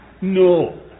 No